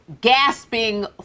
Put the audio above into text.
gasping